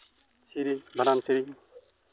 ᱥᱮᱨᱮᱧ ᱵᱷᱟᱸᱰᱟᱱ ᱥᱮᱨᱮᱧ